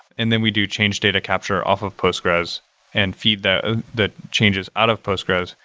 and then we do change data capture off of postgres and feed the the changes out of postgres,